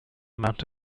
amount